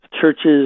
churches